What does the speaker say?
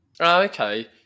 Okay